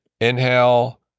inhale